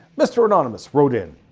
mr. anonymous wrote in